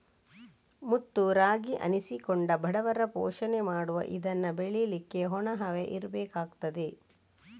ಮುತ್ತು ರಾಗಿ ಅನ್ನಿಸಿಕೊಂಡ ಬಡವರ ಪೋಷಣೆ ಮಾಡುವ ಇದನ್ನ ಬೆಳೀಲಿಕ್ಕೆ ಒಣ ಹವೆ ಇರ್ಬೇಕಾಗ್ತದೆ